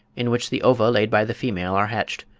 in which the ova laid by the female are hatched.